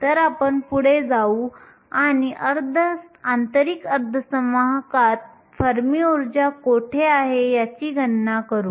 तर आपण पुढे जाऊ आणि आंतरिक अर्धसंवाहकात फर्मी ऊर्जा कोठे आहे याची गणना करू